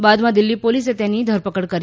બાદમાં દિલ્ફી પોલીસે તેની ધરપકડ કરી હતી